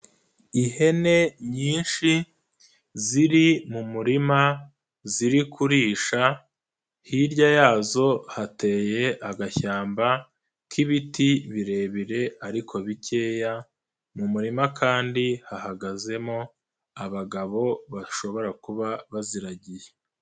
Ihene nyinshi ziri mu murima ziri kurisha hirya yazo hateye agashyamba k'ibiti birebire ariko bikeya mu murima kandi hahagazemo abagabo bashobora kuba baziragiye.